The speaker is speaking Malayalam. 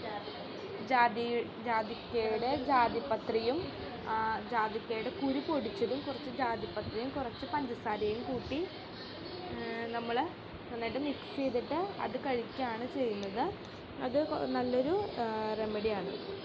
ജാതിക്കയുടെ ജാതി പത്രിയും ജാതിക്കയുടെ കുരു പൊടിച്ചതും കുറച്ച് ജാതിപത്രിയും കുറച്ച് പഞ്ചസാരയും കൂട്ടി നമ്മള് നന്നായിട്ട് മിക്സ് ചെയ്തിട്ട് അത് കഴിക്കുകയാണ് ചെയ്യുന്നത് അത് നല്ലൊരു റെമഡിയാണ്